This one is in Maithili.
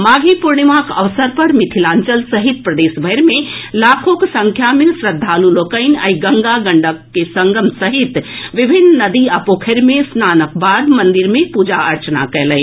माघी पूर्णिमाक अवसर पर मिथिलांचल सहित प्रदेशभरि मे लाखोक संख्या मे श्रद्वालु लोकनि आइ गंगा गंडक के संगम सहित विभिन्न नदी आ पोखरि मे स्नानक बाद मंदिर मे पूजा अर्चना कयलनि